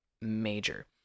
major